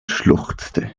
schluchzte